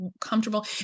comfortable